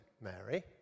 Mary